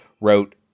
wrote